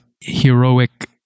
heroic